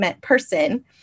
person